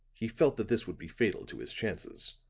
he felt that this would be fatal to his chances.